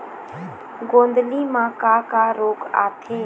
गोंदली म का का रोग आथे?